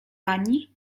pani